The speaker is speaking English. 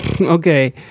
okay